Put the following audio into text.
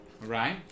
Right